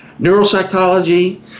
neuropsychology